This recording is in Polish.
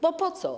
Bo po co?